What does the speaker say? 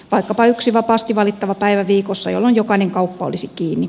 vaikkapa yksi vapaasti valittava päivä viikossa jolloin jokainen kauppa olisi kiinni